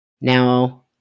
Now